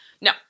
No